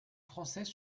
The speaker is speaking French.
français